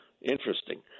Interesting